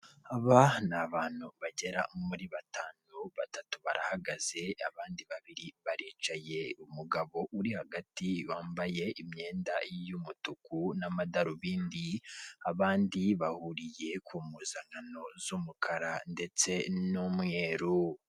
Aba ni abantu bagera muri batanu, batatu barahagaze abandi babiri baricaye, umugabo uri hagati wambaye imyenda y'umutuku n'amadarubindi, abandi bahuriye ku mpuzankano z'umukara ndetse n'umweru.